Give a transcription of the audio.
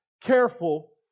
careful